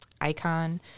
icon